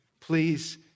please